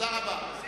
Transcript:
תודה רבה.